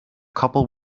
couple